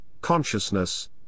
consciousness